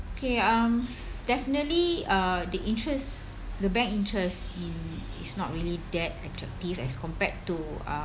okay um definitely uh the interest the bank interest i~ is not really that attractive as compared to uh